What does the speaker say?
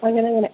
അങ്ങനങ്ങനെ